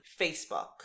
Facebook